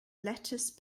lettuce